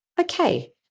okay